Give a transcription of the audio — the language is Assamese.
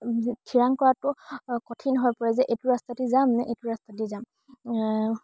থিৰাং কৰাটো কঠিন হৈ পৰে যে এইটো ৰাস্তাইদি যাম নে এইটো ৰাস্তাইদি যাম